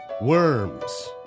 worms